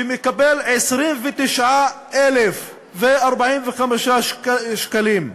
שמקבל 29,045 שקלים.